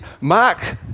Mark